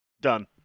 Done